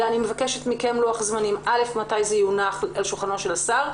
אני מבקשת מכם לוח זמנים מתי יונח על שולחנו של השר.